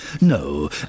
No